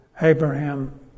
Abraham